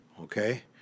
okay